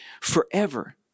forever